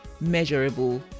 measurable